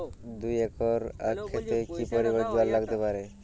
দুই একর আক ক্ষেতে কি পরিমান জল লাগতে পারে?